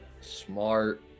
smart